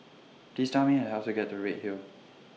Please Tell Me How to get to Redhill